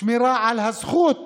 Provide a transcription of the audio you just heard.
שמירה על הזכות